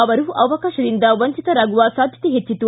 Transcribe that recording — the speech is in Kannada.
ಅವರು ಅವಕಾಶದಿಂದ ವಂಚತರಾಗುವ ಸಾಧ್ಯತೆ ಹೆಚ್ಚತ್ತು